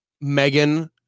Megan